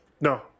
No